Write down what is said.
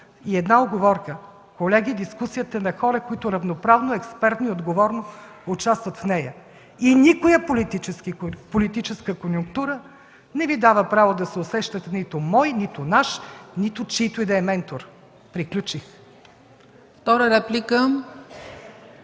Една уговорка – колеги, дискусията е на хора, които равноправно, експертно и отговорно участват в нея и никоя политическа конюнктура не Ви дава право да се усещате нито мой, нито наш, нито чийто и да е ментор. Приключих.